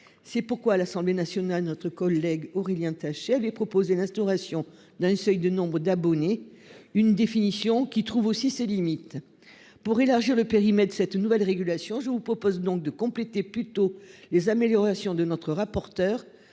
C'est pourquoi à l'Assemblée nationale, notre collègue Aurélien taché, avait proposé l'instauration d'un seuil de nombres d'abonnés. Une définition qui trouve aussi ses limites pour élargir le périmètre. C'est une nouvelle régulation. Je vous propose donc de compléter, plutôt les améliorations de notre rapporteur